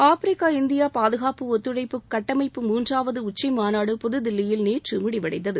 Africa India பாதுகாப்பு ஒத்துழைப்பு கட்டமைப்பு மூன்றாவது உச்சி மாநாடு புதுதில்லியில் நேற்று முடிவடைந்தது